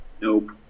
Nope